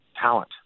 talent